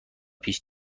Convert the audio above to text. پیش